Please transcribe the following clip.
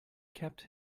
kept